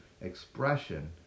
expression